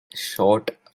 short